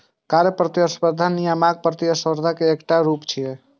कर प्रतिस्पर्धा नियामक प्रतिस्पर्धा के एकटा रूप छियै